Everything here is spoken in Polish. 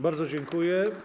Bardzo dziękuję.